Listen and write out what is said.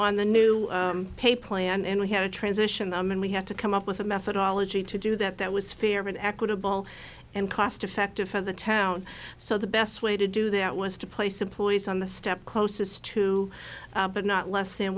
on the new pay plan and we have to transition them and we had to come up with a methodology to do that that was fair and equitable and cost effective for the town so the best way to do that was to place employees on the step closest to but not less than